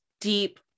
deep